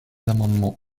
amendements